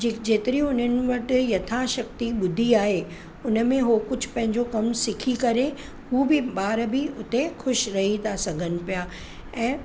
जे जेतिरी हुननि वटि यथा शक्ति ॿुधी आहे हुनमें उहो कुझु पंहिंजो कमु सिखी करे उहे बि ॿार बि उते ख़ुशि रही था सघनि पिया ऐं